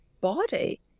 body